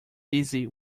busy